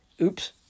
Oops